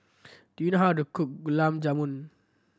do you know how to cook Gulab Jamun